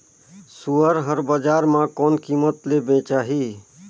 सुअर हर बजार मां कोन कीमत ले बेचाही?